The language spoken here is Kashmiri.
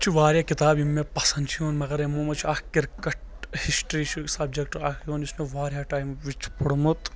یِتھہٕ پأٹھۍ چھ واریاہ کِتابہٕ یِمہٕ مےٚ پسنٛد چھ یِوان مگر یِمو منٛز چھ اکھ کرکٹ ہِسٹری چھُ سبجکٹہٕ اکھ یِوان یُس مےٚ واریاہ ٹایمہٕ وِز چھُ پوٚرمُت